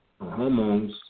hormones